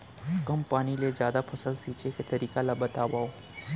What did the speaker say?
कम पानी ले जादा फसल सींचे के तरीका ला बतावव?